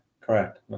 Correct